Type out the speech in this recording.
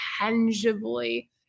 tangibly